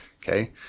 Okay